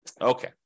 Okay